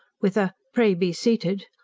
with a pray be seated!